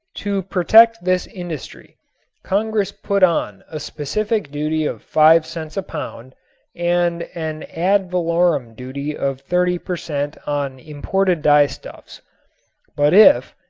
to protect this industry congress put on a specific duty of five cents a pound and an ad valorem duty of thirty per cent. on imported dyestuffs but if,